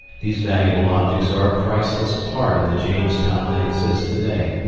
these valuable objects are a priceless part of the jamestown that exists today.